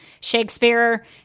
Shakespeare